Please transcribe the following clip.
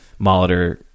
Molitor